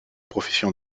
profession